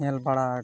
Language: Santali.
ᱧᱮᱞ ᱵᱟᱲᱟ